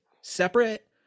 separate